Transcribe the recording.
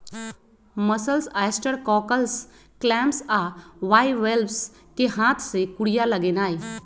mussels, oyster, cockles, clams आ bivalves कें हाथ से कूरिया लगेनाइ